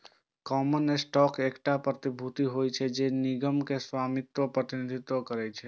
common stock एकटा प्रतिभूति होइ छै, जे निगम मे स्वामित्वक प्रतिनिधित्व करै छै